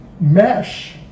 mesh